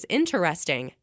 interesting